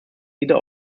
leader